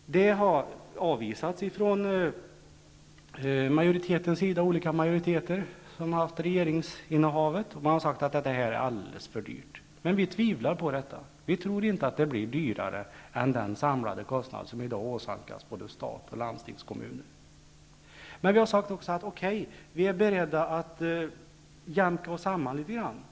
Olika majoriteter i riksdagen, som stött olika regeringar, har avvisat förslaget. Man har sagt att det är alldeles för dyrt. Men vi tvivlar på detta. Vi tror inte att det blir dyrare än den samlade kostnad som i dag ligger på både stat och landstingskommuner. Vi har emellertid sagt att okej, vi är beredda att jämka oss samman litet grand.